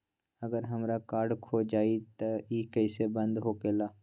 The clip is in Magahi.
अगर हमर कार्ड खो जाई त इ कईसे बंद होकेला?